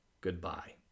goodbye